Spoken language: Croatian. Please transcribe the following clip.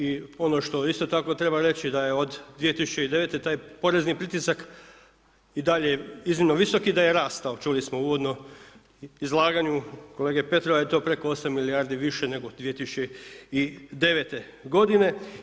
I ono što isto tako treba reći da je od 2009. taj porezni pritisak i dalje iznimno visoki i da je rastao, čuli smo u uvodnom izlaganju od kolega Petrova je to preko 8 milijardi više nego 2009. godine.